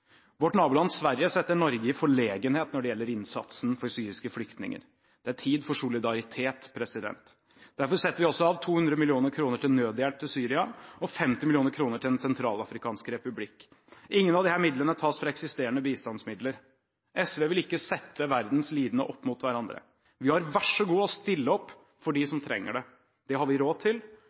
Vårt naboland Sverige setter Norge i forlegenhet når det gjelder innsatsen for syriske flyktninger. Det er tid for solidaritet. Derfor setter vi også av 200 mill. kr til nødhjelp til Syria og 50 mill. kr til Den sentralafrikanske republikk. Ingen av disse midlene tas fra eksisterende bistandsmidler. SV vil ikke sette verdens lidende opp mot hverandre. Vi har vær så god å stille opp for dem som trenger det. Det har vi råd til,